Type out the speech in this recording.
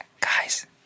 guys